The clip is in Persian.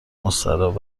مستراح